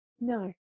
no